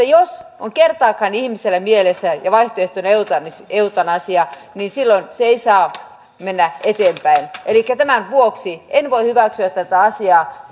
jos on kertaakaan ihmisellä mielessä ja vaihtoehtona eutanasia eutanasia niin silloin se ei saa mennä eteenpäin tämän vuoksi en voi hyväksyä tätä asiaa